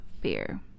fear